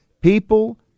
people